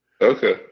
Okay